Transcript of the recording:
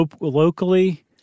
locally